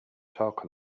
talk